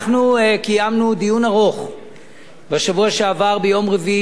אנחנו קיימנו דיון ארוך בשבוע שעבר, ביום רביעי,